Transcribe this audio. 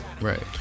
right